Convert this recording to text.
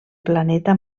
planeta